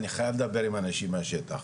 אני חייב לדבר עם האנשים מהשטח.